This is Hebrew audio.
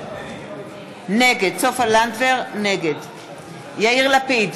נגד יאיר לפיד,